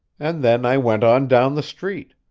and then i went on down the street.